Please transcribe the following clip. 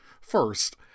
First